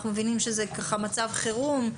אנחנו מבינים שזה ככה מצב חירום,